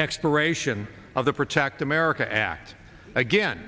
expiration of the protect america act again